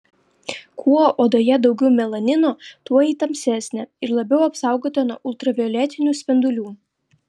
kuo odoje daugiau melanino tuo ji tamsesnė ir labiau apsaugota nuo ultravioletinių spindulių